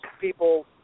people